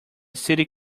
city